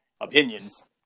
opinions